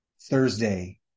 Thursday